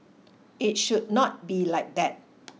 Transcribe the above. it should not be like that